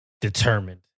determined